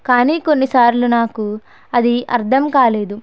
కానీ కొన్నిసార్లు నాకు అది అర్థం కాలేదు